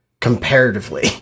comparatively